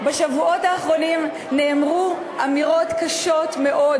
בשבועות האחרונים נאמרו אמירות קשות מאוד